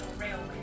railway